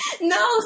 No